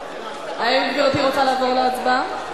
האם גברתי רוצה לעבור להצבעה?